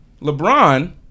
LeBron